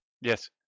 yes